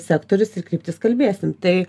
sektorius ir kryptis kalbėsim tai